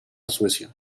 suecia